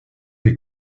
les